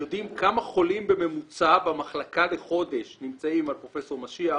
יודעים כמה חולים בממוצע במחלקה לחודש נמצאים עם פרופ' משיח,